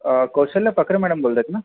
कौशल्या Phakare madam बोलत आहेत ना